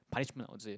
punishment i would say